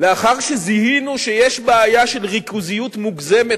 לאחר שזיהינו שיש בעיה של ריכוזיות מוגזמת,